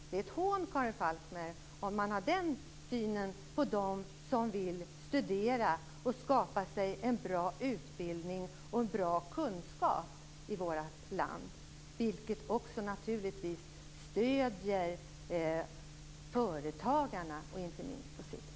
Det är ett hån, Karin Falkmer, om man har den synen på dem som vill studera och skapa sig en bra utbildning och bra kunskap i vårt land, vilket också naturligtvis stöder företagarna, inte minst på litet sikt.